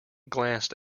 glanced